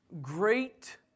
great